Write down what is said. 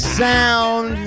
sound